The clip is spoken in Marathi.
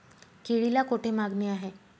केळीला कोठे मागणी आहे?